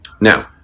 Now